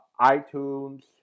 iTunes